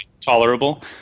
tolerable